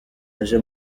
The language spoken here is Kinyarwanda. aje